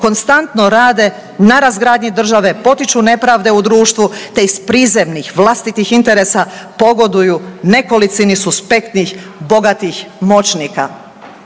konstantno rade na razgradnji države, potiču nepravde u društvu te iz prizemnih vlastitih interesa pogoduju nekolicini suspektnih, bogatih moćnika.